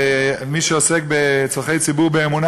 מי שעוסק בצורכי ציבור באמונה,